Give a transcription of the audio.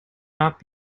not